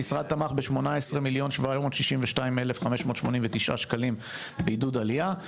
המשרד תמך ב-18,762,589 שקלים בעידוד עלייה,